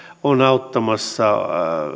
on auttamassa